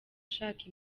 ashaka